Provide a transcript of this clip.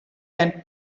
tent